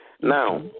Now